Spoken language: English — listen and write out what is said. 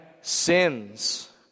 sins